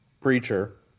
preacher